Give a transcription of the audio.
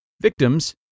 victims